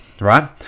right